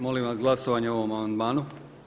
Molim vas glasovanje o ovom amandmanu.